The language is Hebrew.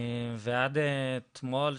ועד אתמול,